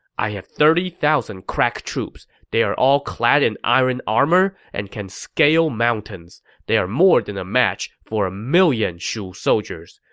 i have thirty thousand crack troops. they're all clad in iron armor and can scale mountains. they are more than a match for a million shu soldiers.